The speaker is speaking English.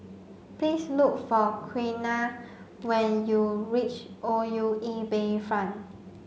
please look for Quiana when you reach O U E Bayfront